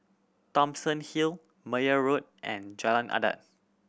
Thomson Hill Meyer Road and Jalan Adat